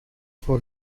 for